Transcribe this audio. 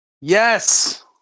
Yes